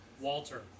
Walter